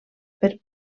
per